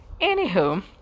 Anywho